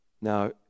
Now